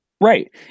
Right